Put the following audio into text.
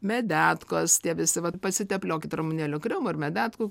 medetkos tie visi vat pasitepliokit ramunėlių kremu ar medetkų